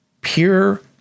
pure